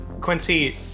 Quincy